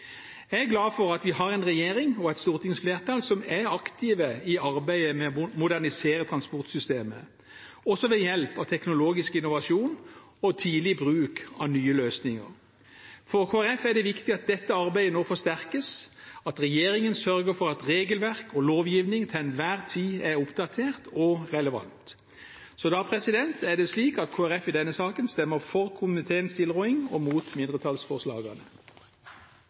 Jeg er glad for at vi har en regjering og et stortingsflertall som er aktive i arbeidet med å modernisere transportsystemet, også ved hjelp av teknologisk innovasjon og tidlig bruk av nye løsninger. For Kristelig Folkeparti er det viktig at dette arbeidet nå forsterkes, og at regjeringen sørger for at regelverk og lovgivning til enhver tid er oppdatert og relevant. Derfor stemmer Kristelig Folkeparti i denne saken for komiteens tilråding og mot mindretallsforslagene.